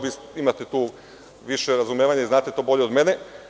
Vi imate tu više razumevanja i znate to bolje od mene.